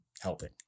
helping